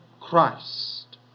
Christ